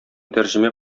тәрҗемә